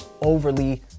overly